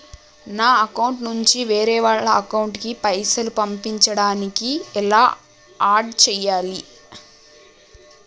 నా అకౌంట్ నుంచి వేరే వాళ్ల అకౌంట్ కి పైసలు పంపించడానికి ఎలా ఆడ్ చేయాలి?